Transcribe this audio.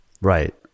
Right